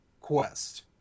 quest